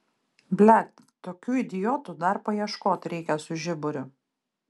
blet tokių idiotų dar paieškot reikia su žiburiu